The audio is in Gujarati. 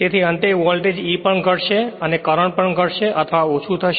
તેથી અંતે તે વોલ્ટેજ E પણ ઘટશે અને કરંટ પણ ઘટશે અથવા ઓછું થશે